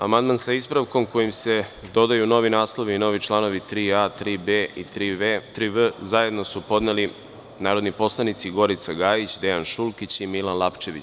Amandman sa ispravkom, kojim se dodaju novi naslovi i novi čl. 3a, 3b. i 3v. Zajedno su podneli narodni poslanici Gorica Gajić, Dejan Šulkić i Milan Lapčević.